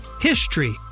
HISTORY